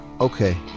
okay